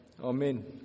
Amen